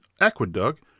aqueduct